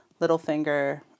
Littlefinger